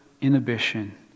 inhibition